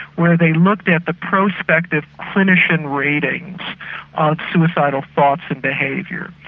where they looked at the prospective clinician ratings of suicidal thoughts and behaviour.